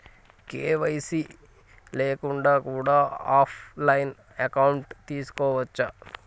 KYC లేకుండా కూడా offline account తీసుకోవచ్చా?